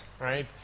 right